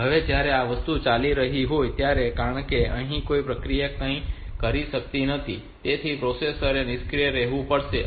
હવે જ્યારે આ વસ્તુ ચાલી રહી હોય ત્યારે કારણ કે અહીં પ્રક્રિયા કંઈ કરી શકતી નથી તેથી પ્રોસેસરે નિષ્ક્રિય રહેવું પડે છે